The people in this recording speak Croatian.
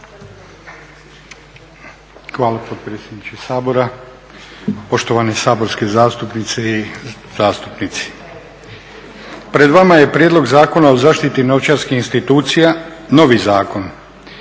Hvala potpredsjedniče Sabora, poštovani saborski zastupnici i zastupnice. Pred vama je Prijedlog zakona o zaštiti novčarskih institucija novi zakon